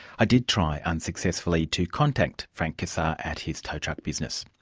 i did try, unsuccessfully to contact frank cassar at his tow truck business.